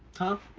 huh?